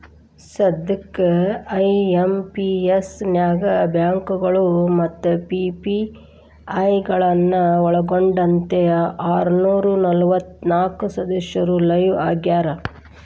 ಸದ್ಯಕ್ಕ ಐ.ಎಂ.ಪಿ.ಎಸ್ ನ್ಯಾಗ ಬ್ಯಾಂಕಗಳು ಮತ್ತ ಪಿ.ಪಿ.ಐ ಗಳನ್ನ ಒಳ್ಗೊಂಡಂತೆ ಆರನೂರ ನಲವತ್ನಾಕ ಸದಸ್ಯರು ಲೈವ್ ಆಗ್ಯಾರ